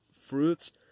fruits